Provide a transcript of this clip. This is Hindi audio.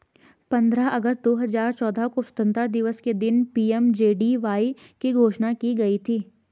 पंद्रह अगस्त दो हजार चौदह को स्वतंत्रता दिवस के दिन पी.एम.जे.डी.वाई की घोषणा की गई थी